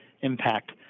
impact